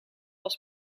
was